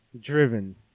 driven